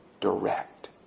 direct